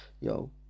yo